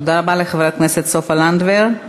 תודה רבה לחברת הכנסת סופה לנדבר.